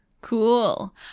Cool